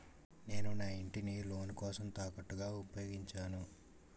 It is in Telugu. నేను నా ఇంటిని లోన్ కోసం తాకట్టుగా ఉపయోగించాను